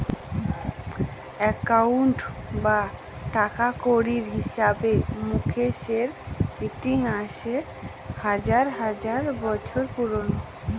accounting বা টাকাকড়ির হিসাবে মুকেশের ইতিহাস হাজার হাজার বছর পুরোনো